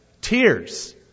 tears